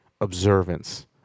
observance